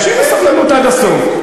תקשיב בסבלנות עד הסוף.